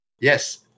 yes